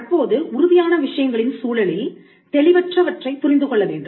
தற்போது உறுதியான விஷயங்களின் சூழலில் தெளிவற்றவற்றைப் புரிந்து கொள்ள வேண்டும்